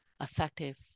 effective